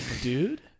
Dude